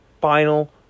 final